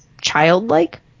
childlike